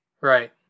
Right